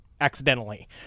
accidentally